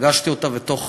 פגשתי אותה, ותוך